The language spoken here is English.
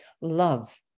love